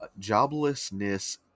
joblessness